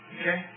Okay